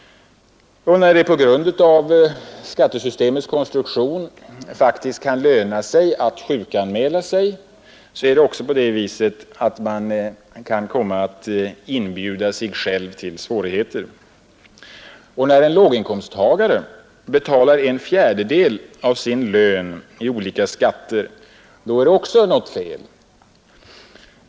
När det på grund av skattesystemets konstruktion faktiskt kan löna sig att sjukanmäla sig, är det också på det viset att man kan komma att inbjuda sig själv till svårigheter. När en låginkomsttagare betalar en fjärdedel av sin lön i olika skatter är det också något fel.